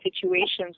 situations